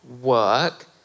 work